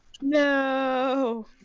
No